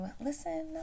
listen